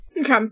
Okay